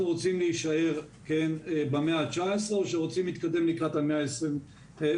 רוצים להישאר במאה ה-19 או שרוצים להתקדם לקראת המאה ה-22.